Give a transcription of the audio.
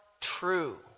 true